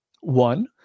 One